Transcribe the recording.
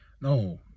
no